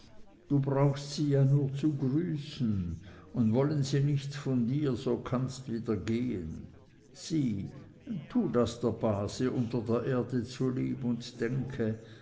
du brauchst sie ja nur zu grüßen und wollen sie nichts von dir so kannst wieder gehen sieh tue das der base unter der erde zulieb und denke